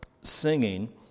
singing